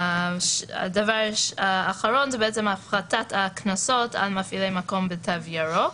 התיקון האחרון הוא הפחתת הקנסות על מפעילי מקום בתו ירוק.